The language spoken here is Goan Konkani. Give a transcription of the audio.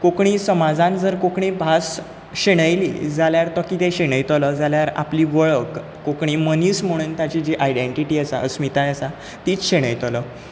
कोंकणी समाजांत जर कोंकणी भास शेणयली जाल्यार तो कितें शेणयतलो जाल्यार आपली वळख कोंकणी मनीस म्हणून ताजी जी आयडँटिटी आसा अस्मिताय आसा तीच शेणयतलो